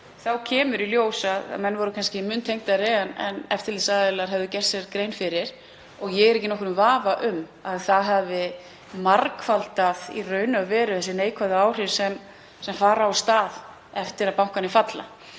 kemur í ljós að menn voru kannski mun tengdari en eftirlitsaðilar höfðu gert sér grein fyrir. Ég er ekki í nokkrum vafa um að það hafi margfaldað þessi neikvæðu áhrif sem fara af stað eftir að bankarnir falla.